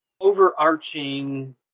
overarching